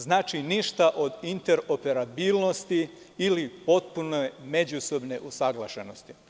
Znači, ništa od interoperabilnosti ili potpune međusobne usaglašenosti.